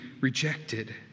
rejected